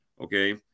okay